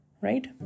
Right